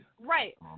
right